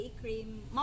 cream